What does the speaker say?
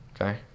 okay